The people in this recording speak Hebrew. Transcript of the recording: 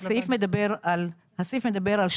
הסעיף מדבר על 12(ב),